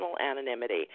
anonymity